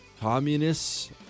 Communists